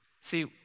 See